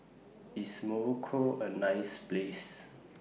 IS Morocco A nice Place